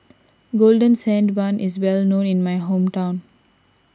Golden Sand Bun is well known in my hometown